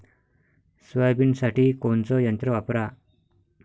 सोयाबीनसाठी कोनचं यंत्र वापरा?